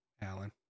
Alan